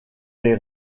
des